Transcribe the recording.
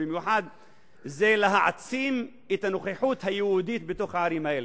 זה להעצים את הנוכחות היהודית בתוך הערים האלה.